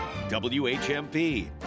WHMP